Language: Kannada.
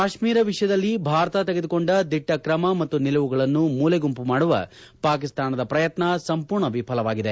ಕಾಶ್ಮೀರ ವಿಷಯದಲ್ಲಿ ಭಾರತ ತೆಗೆದುಕೊಂಡ ದಿಟ್ಟ ಕ್ರಮ ಮತ್ತು ನಿಲುವುಗಳನ್ನು ಮೂಲೆಗುಂಪು ಮಾಡುವ ಪಾಕಿಸ್ತಾನದ ಪ್ರಯತ್ನ ಸಂಪೂರ್ಣ ವಿಫಲವಾಗಿದೆ